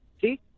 See